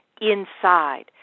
inside